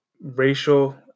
racial